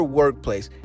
workplace